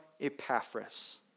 Epaphras